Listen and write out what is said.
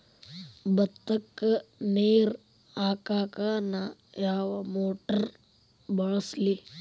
ಭತ್ತಕ್ಕ ನೇರ ಹಾಕಾಕ್ ನಾ ಯಾವ್ ಮೋಟರ್ ಬಳಸ್ಲಿ?